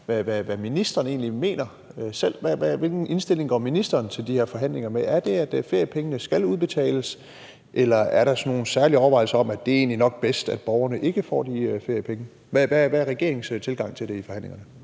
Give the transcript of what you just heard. Hvilken indstilling går ministeren til de her forhandlinger med? Er det, at feriepengene skal udbetales, eller er der nogen særlige overvejelser om, at det nok er bedst, at borgerne ikke får de feriepenge? Hvad er regeringens tilgang til det i forhandlingerne?